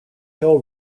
hill